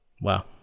Wow